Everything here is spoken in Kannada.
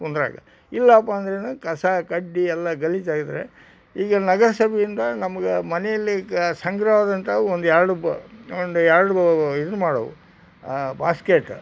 ಕುಂದ್ರಾಗ ಇಲ್ಲಪ್ಪ ಅಂದ್ರಿಂದ ಕಸ ಕಡ್ಡಿ ಎಲ್ಲ ಗಲೀಜಾಗಿದ್ದರೆ ಈಗ ನಗರ ಸಭೆಯಿಂದ ನಮ್ಗೆ ಮನೆಯಲ್ಲೇ ಈಗ ಸಂಗ್ರಹವಾದಂಥ ಒಂದೆರಡು ಬ ಒಂದೆರಡು ಇದು ಮಾಡ್ಬೇಕು ಬಾಸ್ಕೆಟ